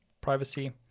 Privacy